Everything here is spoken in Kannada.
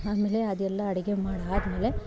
ಆಮೇಲೆ ಅದೆಲ್ಲ ಅಡಿಗೆ ಮಾಡಾದಮೇಲೆ